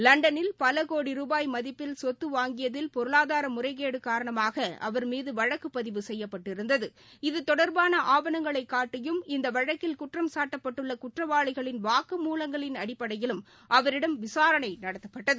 லண்டனில் பல கோடி ரூபாய் மதிப்பில் சொத்து வாங்கியதில் பொருளாதார முறைகேடு காரணமாக அவர் மீது வழக்கு பதிவு செய்யப்பட்டிருந்தது இது தொடர்பான ஆவணங்களை காட்டியும் இந்த வழக்கில் குற்றம்சாட்டப்பட்டுள்ள குற்றவாளிகளின் வாக்கு மூவங்களின் அடிப்படையிலும் அவரிடம் விசாரணை நடத்தப்பட்டது